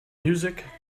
music